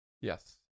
Yes